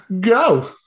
go